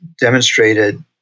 demonstrated